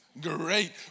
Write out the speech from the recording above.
Great